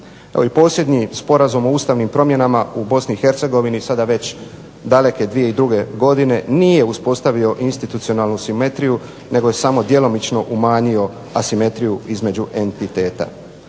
Evo i posljednji Sporazum o ustavnim promjenama u BiH sada već daleke 2002. godine nije uspostavio institucionalnu simetriju nego je samo djelomično umanjio asimetriju između entiteta.